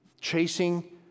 chasing